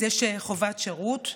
יש חובת שירות,